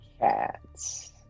Cats